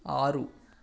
ఆరు